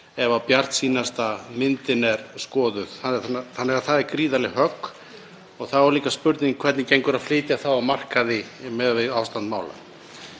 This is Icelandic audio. ef bjartsýnasta myndin er skoðuð. Það er gríðarleg högg og þá er líka spurning hvernig gangi að flytja það á markaði miðað við ástand mála.